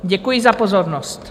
Děkuji za pozornost.